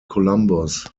columbus